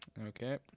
Okay